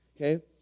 okay